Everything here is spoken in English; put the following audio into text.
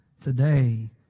today